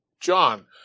John